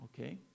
Okay